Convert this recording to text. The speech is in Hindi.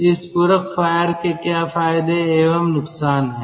इस पूरक फायर के क्या फायदे एवं नुकसान हैं